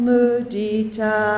Mudita